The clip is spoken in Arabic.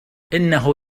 إنه